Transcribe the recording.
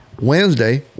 Wednesday